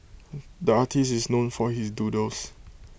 the artist is known for his doodles